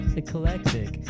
eclectic